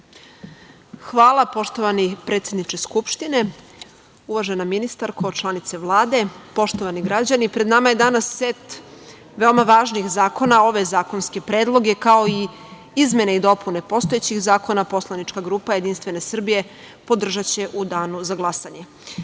Hvala, poštovani predsedniče Skupštine. Uvažena ministarko, članice Vlade, poštovani građani, pred nama je danas set veoma važnih zakona, a ove zakonske predloge, kao i izmene i dopune postojećih zakona, poslanička grupa Jedinstvene Srbije podržaće u danu za glasanje. Što